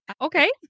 Okay